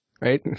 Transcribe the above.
Right